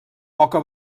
poca